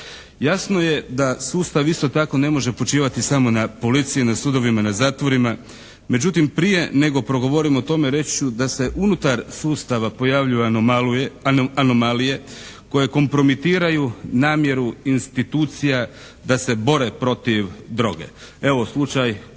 Jasno je da sustav isto tako ne može počivati samo na policiji, na sudovima, na zatvorima. Međutim, prije nego progovorim o tome reći ću da se unutar sustava pojavljuju anomalije koje kompromitiraju namjera institucija da se bore protiv droge. Evo, slučaj